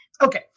Okay